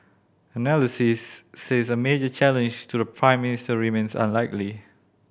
analysts says a major challenge to the Prime Minister remains unlikely